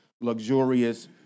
luxurious